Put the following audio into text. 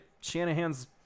Shanahan's –